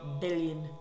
billion